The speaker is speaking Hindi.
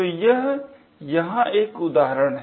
तो यह यहाँ एक उदाहरण है